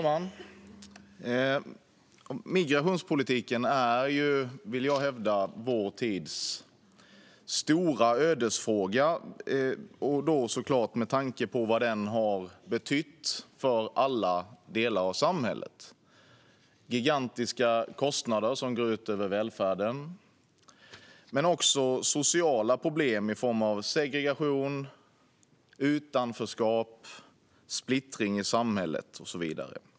Fru talman! Jag vill hävda att migrationspolitiken är vår tids stora ödesfråga med tanke på vad den har betytt för alla delar av samhället. Det är gigantiska kostnader som går ut över välfärden men också sociala problem i form av segregation, utanförskap, splittring i samhället och så vidare.